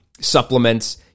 supplements